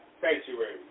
sanctuary